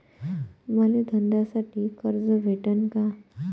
मले धंद्यासाठी कर्ज भेटन का?